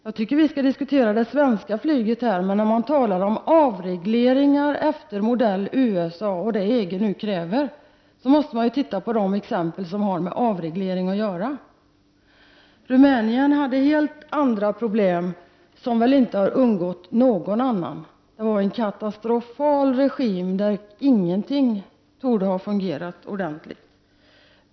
Jag tycker att vi här skall diskutera det svenska flyget, men när man talar om avreglering efter modell USA och det som EG nu kräver, måste man ju titta på de exempel som har med avreglering att göra. Rumänien hade helt andra problem, som väl inte har undgått någon. Det var en katastrofal regim, där ingenting torde ha fungerat ordentligt.